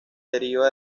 deriva